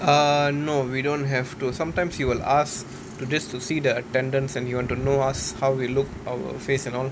uh no we don't have to sometimes he will ask to just to see the attendance and he want to know us how we look our face and all